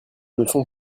leçon